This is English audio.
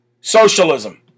Socialism